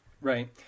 right